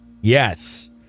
Yes